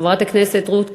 חברת הכנסת רות קלדרון,